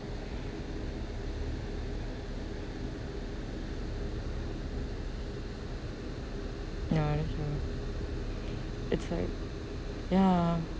ya that's true it's hard ya